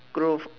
girl